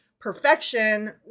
perfection